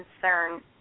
concern